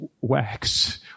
wax